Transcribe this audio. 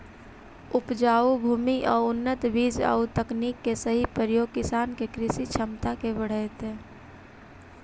उपजाऊ भूमि आउ उन्नत बीज आउ तकनीक के सही प्रयोग किसान के कृषि क्षमता के बढ़ऽतइ